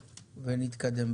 ונתקדם.